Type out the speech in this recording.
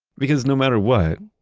because no matter what,